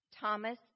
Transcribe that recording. Thomas